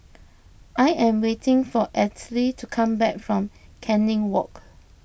I am waiting for Althea to come back from Canning Walk